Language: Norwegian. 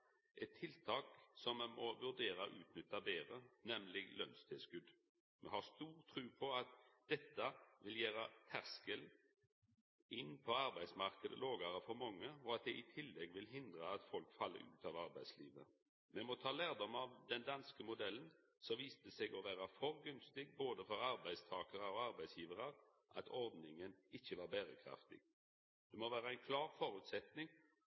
eit tiltak som me må vurdera å utnytta betre, nemleg lønstilskott. Me har stor tru på at dette vil gjera terskelen inn på arbeidsmarknaden lågare for mange, og at det i tillegg vil hindra at folk fell ut av arbeidslivet. Me må ta lærdom av den danske modellen, som viste seg å vera så gunstig for både arbeidstakar og arbeidsgivar at ordninga ikkje er berekraftig. Det må vera ein klar